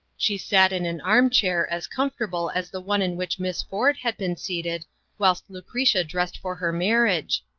she sat in an armchair as comfortable as the one in which miss ford had been seated whilst lucretia dressed for her marriage,